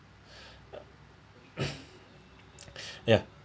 ya